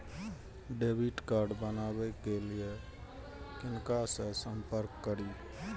Debit card बनावे के लिए किनका से संपर्क करी?